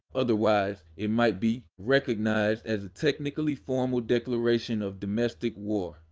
otherwise, it might be recognized as a technically formal declaration of domestic war.